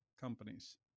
companies